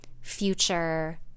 future